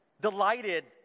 Delighted